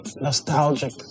nostalgic